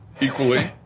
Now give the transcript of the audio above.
equally